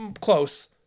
close